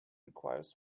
requires